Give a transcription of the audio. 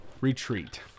Retreat